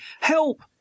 Help